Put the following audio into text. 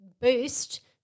boost